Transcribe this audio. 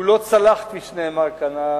הוא לא צלח, כפי שנאמר כאן.